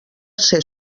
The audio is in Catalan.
ser